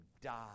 die